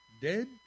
Dead